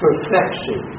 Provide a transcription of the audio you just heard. Perfection